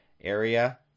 area